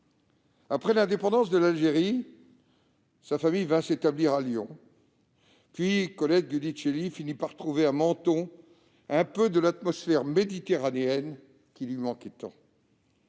Après l'indépendance de l'Algérie, sa famille vint s'établir à Lyon, puis Colette Giudicelli finit par trouver à Menton un peu de l'atmosphère méditerranéenne qui lui manquait tant.